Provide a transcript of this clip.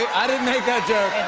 i didn't make that joke.